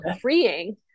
freeing